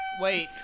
Wait